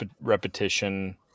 Repetition